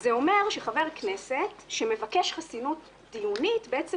זה אומר שחבר הכנסת שמבקש חסינות דיונית בעצם